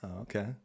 okay